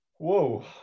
Whoa